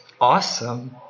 Awesome